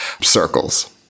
circles